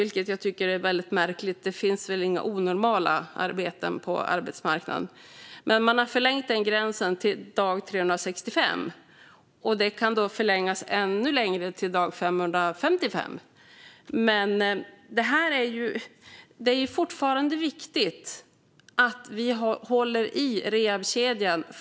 Det tycker jag är väldigt märkligt - det finns väl inga onormala arbeten på arbetsmarknaden. Gränsen har förlängts till dag 365, och den kan förlängas ännu längre, till dag 555. Det är fortfarande viktigt att vi håller i rehabkedjan.